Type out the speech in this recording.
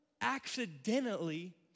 accidentally